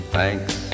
Thanks